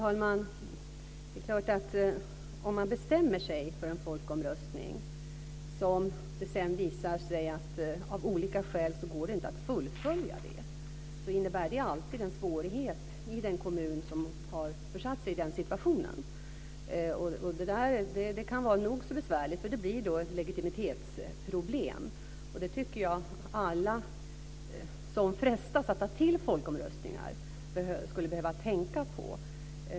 Fru talman! Om man bestämmer sig för en folkomröstning och det sedan visar sig att det av olika skäl inte går att fullfölja den innebär det alltid en svårighet i den kommun som har försatt sig i den situationen. Det kan vara nog så besvärligt. Det blir då ett legitimitetsproblem. Det tycker jag att alla som frestas att ta till folkomröstningar skulle behöva tänka på.